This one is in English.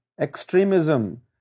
extremism